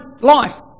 life